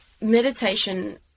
meditation